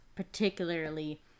particularly